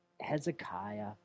Hezekiah